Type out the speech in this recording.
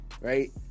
right